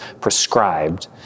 prescribed